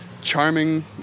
charming